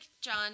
John